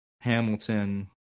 Hamilton